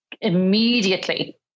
immediately